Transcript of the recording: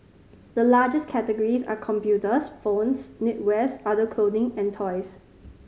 the largest categories are computers phones knitwear other clothing and toys